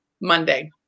Monday